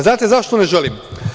Znate zašto ne želim?